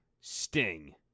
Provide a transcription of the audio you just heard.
Sting